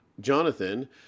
Jonathan